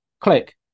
Click